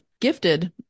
gifted